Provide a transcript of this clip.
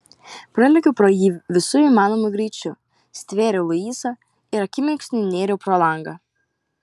pralėkiau pro jį visu įmanomu greičiu stvėriau luisą ir akimirksniu nėriau pro langą